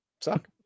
suck